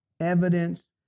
evidence